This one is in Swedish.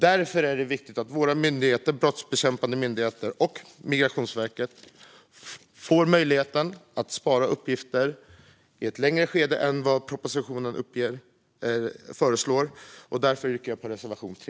Därför är det viktigt att våra brottsbekämpande myndigheter och Migrationsverket får möjligheten att spara uppgifter längre än vad som föreslås i propositionen. Jag yrkar bifall till reservation 3.